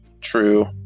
true